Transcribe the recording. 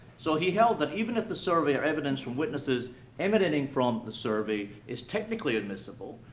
so he held that, even if the survey or evidence from witnesses emanating from the survey is technically admissible,